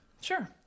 Sure